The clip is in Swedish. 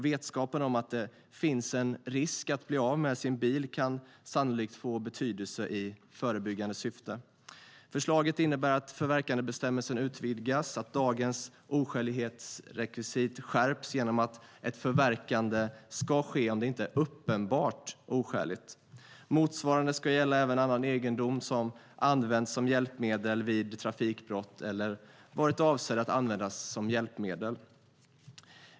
Vetskapen om att det finns en risk att bli av med sin bil kan sannolikt få betydelse i förebyggande syfte. Skärpta regler om förverkande av fordon vid trafikbrott Förslaget innebär att förverkandebestämmelsen utvidgas och att dagens oskälighetsrekvisit skärps genom att ett förverkande ska ske om det inte är uppenbart oskäligt. Motsvarande ska gälla även annan egendom som används som hjälpmedel vid trafikbrott eller har varit avsedd att användas som hjälpmedel.